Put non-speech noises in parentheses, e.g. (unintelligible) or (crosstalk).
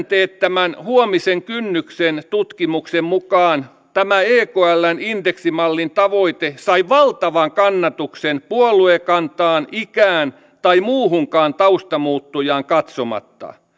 (unintelligible) teettämän huomisen kynnyksellä tutkimuksen mukaan tämä ekln indeksimallin tavoite sai valtavan kannatuksen puoluekantaan ikään tai muuhunkaan taustamuuttujaan katsomatta